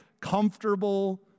comfortable